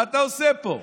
מה אתה עושה פה?